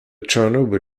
chernobyl